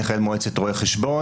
אני אחראי על מועצת רואי החשבון,